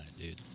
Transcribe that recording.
dude